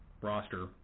roster